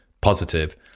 positive